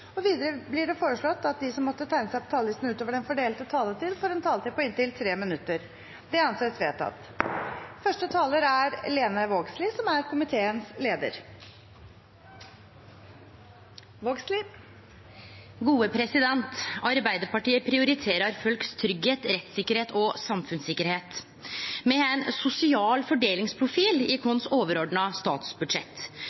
regjeringen. Videre blir det foreslått at de som måtte tegne seg på talerlisten utover den fordelte taletid, får en taletid på inntil 3 minutter. – Det anses vedtatt. Arbeidarpartiet prioriterer folks tryggleik, rettstryggleik og samfunnstryggleik. Me har ein sosial fordelingsprofil i